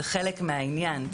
זה חלק מהעניין.